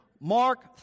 Mark